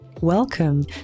Welcome